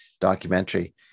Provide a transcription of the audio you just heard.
Documentary